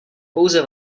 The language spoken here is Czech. pouze